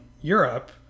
Europe